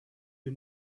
you